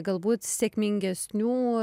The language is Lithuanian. galbūt sėkmingesnių